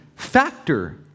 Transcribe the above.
Factor